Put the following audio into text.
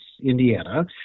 Indiana